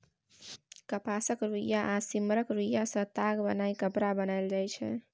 कपासक रुइया आ सिम्मरक रूइयाँ सँ ताग बनाए कपड़ा बनाएल जाइ छै